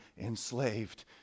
enslaved